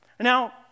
Now